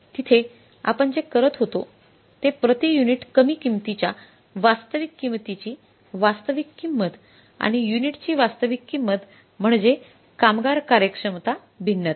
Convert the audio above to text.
तिथे आपण जे करत होतो ते प्रति युनिट कमी किंमतीच्या वास्तविक किंमतीची वास्तविक किंमत आणि युनिटची वास्तविक किंमत म्हणजे कामगार कार्यक्षमता भिन्नता